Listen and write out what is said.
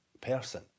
person